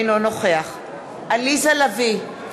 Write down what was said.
אינו נוכח עליזה לביא,